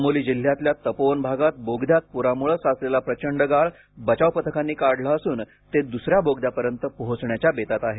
चमोली जिल्ह्यातल्या तपोवन भागात बोगद्यात पुरामुळं साचलेला प्रचंड गाळ बचाव पथकांनी काढला असून ते दुसऱ्या बोगद्यापर्यंत पोहोचण्याच्या बेतात आहेत